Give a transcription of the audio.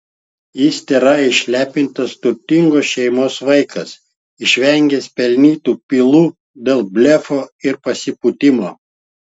jis tėra išlepintas turtingos šeimos vaikas išvengęs pelnytų pylų dėl blefo ir pasipūtimo